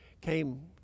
came